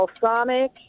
balsamic